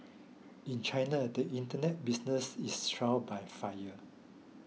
in China the Internet business is trial by fire